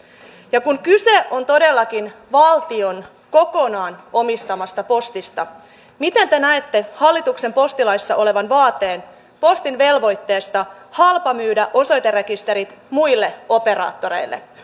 ja kun kyse on todellakin valtion kokonaan omistamasta postista miten te näette hallituksen postilaissa olevan vaateen postin velvoitteesta halpamyydä osoiterekisterit muille operaattoreille